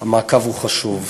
המעקב הוא חשוב.